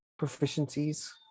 proficiencies